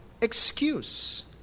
excuse